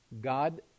God